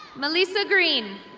malisa green.